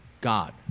God